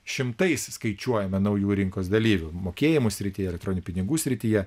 šimtais skaičiuojame naujų rinkos dalyvių mokėjimų srityje elektroninių pinigų srityje